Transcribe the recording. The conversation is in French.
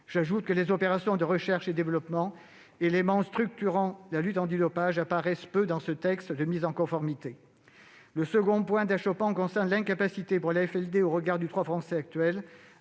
J'ajoute que les opérations de recherche et développement, éléments structurants de la lutte antidopage, apparaissent peu dans ce texte de mise en conformité. Le second point d'achoppement concerne l'impossibilité pour l'AFLD, au regard du droit français actuel,